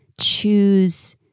choose